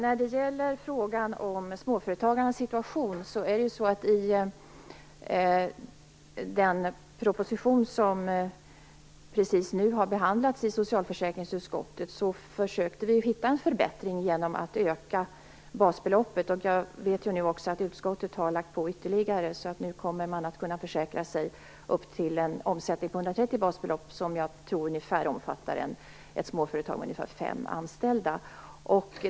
Fru talman! I den proposition som precis nu har behandlats i socialförsäkringsutskottet försökte vi hitta en förbättring genom att öka basbeloppet. Jag vet att utskottet har lagt på ytterligare också. Nu kommer man att kunna försäkra sig upp till en omsättning på 130 basbelopp. Jag tror att det ungefär motsvarar ett småföretag med cirka fem anställda.